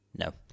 No